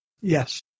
Yes